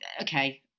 okay